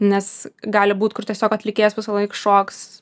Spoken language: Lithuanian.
nes gali būt kur tiesiog atlikėjas visąlaik šoks